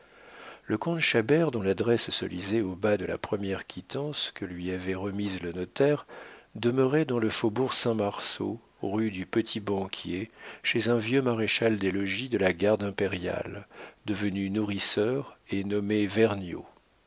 le comte chabert dont l'adresse se lisait au bas de la première quittance que lui avait remise le notaire demeurait dans le faubourg saint-marceau rue du petit-banquier chez un vieux maréchal-des-logis de la garde impériale devenu nourrisseur et nommé vergniaud